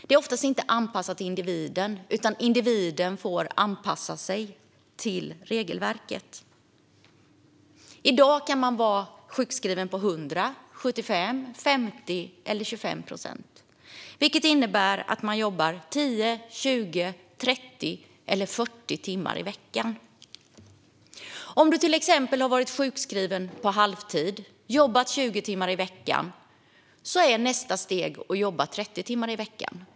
Det är oftast inte anpassat till individen, utan individen får anpassa sig till regelverket. I dag kan man vara sjukskriven på 100, 75, 50 eller 25 procent, vilket innebär att man jobbar 0, 10, 20 respektive 30 timmar i veckan. Om man till exempel har varit sjukskriven på halvtid och jobbat 20 timmar i veckan är nästa steg att jobba 30 timmar i veckan.